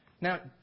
Now